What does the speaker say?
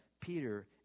Peter